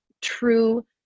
true